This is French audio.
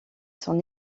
son